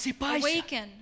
Awaken